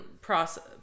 process